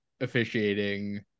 officiating